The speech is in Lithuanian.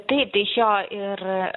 taip tai šio ir